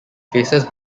faces